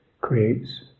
creates